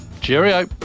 cheerio